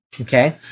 Okay